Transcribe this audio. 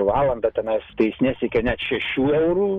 valandą tenais tai jis nesiekia net šešių eurų